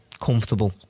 comfortable